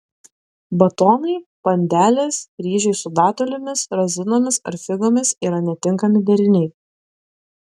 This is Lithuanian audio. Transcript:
batonai bandelės ryžiai su datulėmis razinomis ar figomis yra netinkami deriniai